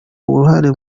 uruhare